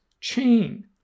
chain